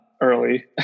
early